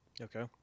Okay